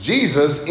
Jesus